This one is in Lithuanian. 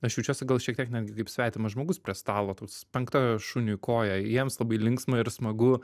aš jaučiuosi gal šiek tiek netgi kaip svetimas žmogus prie stalo toks penkta šuniui koja jiems labai linksma ir smagu